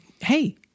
Hey